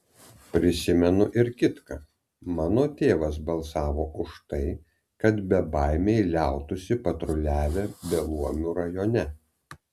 prisimenu ir kitką mano tėvas balsavo už tai kad bebaimiai liautųsi patruliavę beluomių rajone